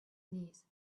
knees